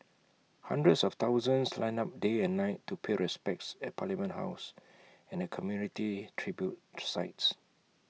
hundreds of thousands lined up day and night to pay respects at parliament house and community tribute sites